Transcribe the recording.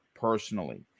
personally